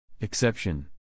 Exception